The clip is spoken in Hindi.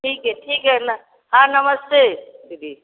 ठीक है ठीक है ना हाँ नमस्ते दीदी